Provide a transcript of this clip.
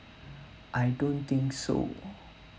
I don't think so